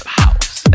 house